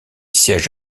siège